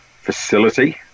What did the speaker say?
Facility